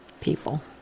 people